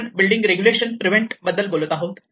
आपण building regulations prevent बद्दल बोलत आहोत